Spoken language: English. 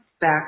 back